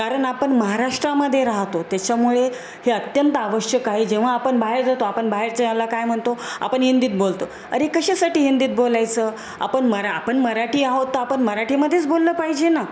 कारण आपण महाराष्ट्रामध्ये राहतो त्याच्यामुळे हे अत्यंत आवश्यक आहे जेव्हा आपण बाहेर जातो आपण बाहेरच्या याला काय म्हणतो आपण हिंदीत बोलतो अरे कशासाठी हिंदीत बोलायचं आपण मरा आपण मराठी आहोत तर आपण मराठीमध्येच बोललं पाहिजे ना